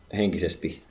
henkisesti